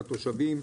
התושבים.